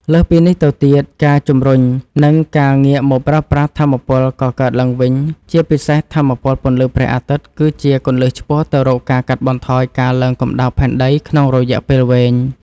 លើសពីនេះទៅទៀត ការជំរុញ និងការងាកមកប្រើប្រាស់ថាមពលកកើតឡើងវិញ ជាពិសេសថាមពលពន្លឺព្រះអាទិត្យ គឺជាគន្លឹះឆ្ពោះទៅរកការកាត់បន្ថយការឡើងកម្ដៅផែនដីក្នុងរយៈពេលវែង។